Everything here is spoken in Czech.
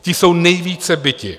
Ti jsou nejvíce biti.